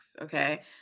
Okay